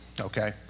Okay